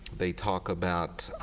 they talk about